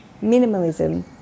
minimalism